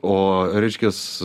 o reiškias